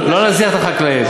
לא נזניח את החקלאים.